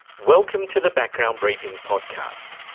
welcome to the background briefing podcast.